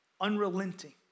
unrelenting